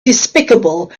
despicable